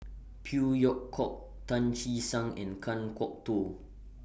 Phey Yew Kok Tan Che Sang and Kan Kwok Toh